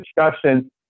discussion